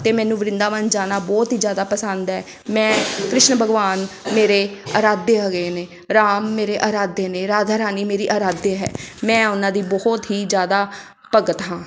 ਅਤੇ ਮੈਨੂੰ ਵਰਿੰਦਾਵਨ ਜਾਣਾ ਬਹੁਤ ਹੀ ਜ਼ਿਆਦਾ ਪਸੰਦ ਹੈ ਮੈਂ ਕ੍ਰਿਸ਼ਨ ਭਗਵਾਨ ਮੇਰੇ ਅਰਾਧੇ ਹਗੇ ਨੇ ਰਾਮ ਮੇਰੇ ਅਰਾਧੇ ਨੇ ਰਾਧਾ ਰਾਣੀ ਮੇਰੀ ਅਰਾਧੇ ਹੈ ਮੈਂ ਉਹਨਾਂ ਦੀ ਬਹੁਤ ਹੀ ਜ਼ਿਆਦਾ ਭਗਤ ਹਾਂ